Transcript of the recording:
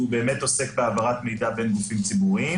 והוא באמת עוסק בהעברת מידע בין גופים ציבוריים.